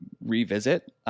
revisit